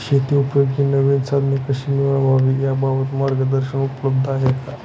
शेतीउपयोगी नवीन साधने कशी मिळवावी याबाबत मार्गदर्शन उपलब्ध आहे का?